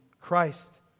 Christ